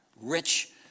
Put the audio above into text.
rich